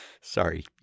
Sorry